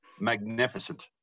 magnificent